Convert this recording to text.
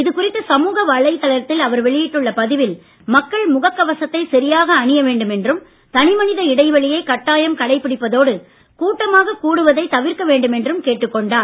இதுகுறித்து சமூக வலைதளத்தில் அவர் வெளியிட்டுள்ள பதிவில் மக்கள் முகக் கவசத்தை சரியாக அணிய வேண்டும் என்றும் தனி மனித இடைவெளியை கட்டாயம் கடைபிடிப்பதோடு கூட்டமாக கூடுவதைத் தவிர்க்க வேண்டும் என்றும் கேட்டுக் கொண்டுள்ளார்